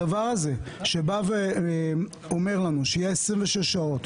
הדבר הזה שבא ואומר לנו שיהיו 26 שעות,